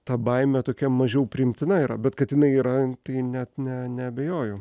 ta baimė tokia mažiau priimtina yra bet kad jinai yra tai net ne neabejoju